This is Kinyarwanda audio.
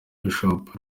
bishop